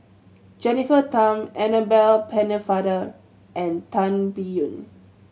Jennifer Tham Annabel Pennefather and Tan Biyun